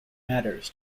matters